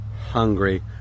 hungry